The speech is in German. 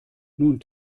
nun